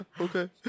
Okay